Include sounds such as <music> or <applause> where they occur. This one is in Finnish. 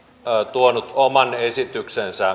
tuonut oman esityksensä <unintelligible>